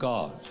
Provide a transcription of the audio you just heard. God